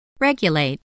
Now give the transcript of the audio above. Regulate